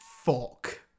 Fuck